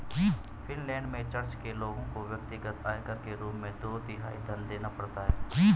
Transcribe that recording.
Finland में church के लोगों को व्यक्तिगत आयकर के रूप में दो तिहाई धन देना पड़ता है